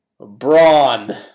Braun